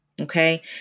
Okay